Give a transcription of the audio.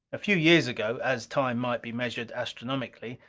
a few years ago as time might be measured astronomically,